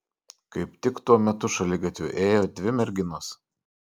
kaip tik tuo metu šaligatviu ėjo dvi merginos